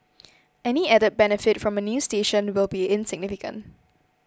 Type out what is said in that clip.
any added benefit from a new station will be insignificant